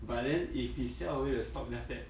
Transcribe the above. but then if he sell away the stock then after that